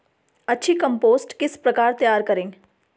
अच्छी कम्पोस्ट किस प्रकार तैयार करें?